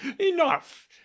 enough